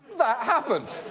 that happened!